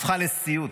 הפכה לסיוט: